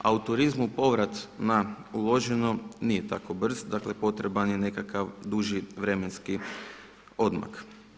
A u turizmu povrat na uloženo nije tako brz, dakle potreban je nekakav duži vremenski odmak.